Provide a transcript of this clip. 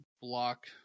block